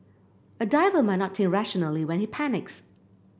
a diver might not think rationally when he panics